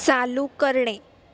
चालू करणे